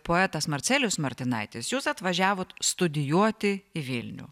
poetas marcelijus martinaitis jūs atvažiavot studijuoti į vilnių